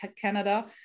Canada